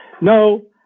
No